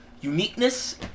uniqueness